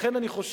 לכן אני חושב